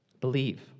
Believe